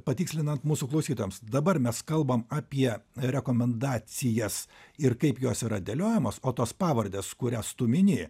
patikslinant mūsų klausytojams dabar mes kalbam apie rekomendacijas ir kaip jos yra dėliojamos o tos pavardės kurias tu mini